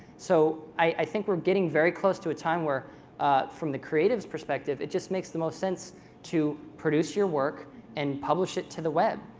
so i think we're getting very close to a time where from the creatives perspective, it just makes the most sense to produce your work and publish it to the web.